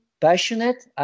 passionate